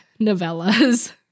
novellas